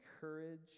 courage